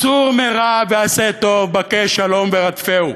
"סור מרע ועשה טוב, בקש שלום ורדפהו"?